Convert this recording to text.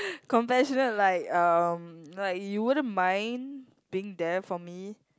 compassionate like um like you wouldn't mind being there for me